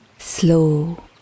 Slow